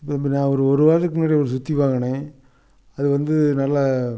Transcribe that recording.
நான் ஒரு ஒரு வாரத்துக்கு முன்னாடி ஒரு சுத்தி வாங்கினேன் அது வந்து நல்லா